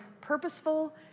purposeful